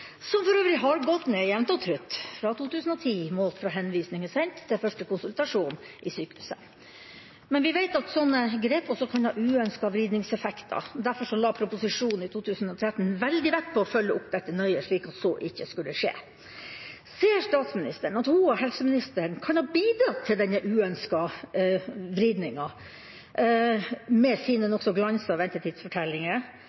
som for øvrig har gått jevnt og trutt ned fra 2010, målt fra henvisning er sendt, til første konsultasjon i sykehuset. Men vi vet at sånne grep også kan ha uønskede vridningseffekter. Derfor la proposisjonen i 2013 veldig stor vekt på å følge opp dette nøye for at så ikke skulle skje. Ser statsministeren at hun og helseministeren kan ha bidratt til denne uønskede vridningen med sine